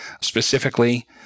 specifically